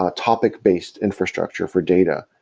ah topic-based infrastructure for data,